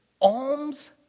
alms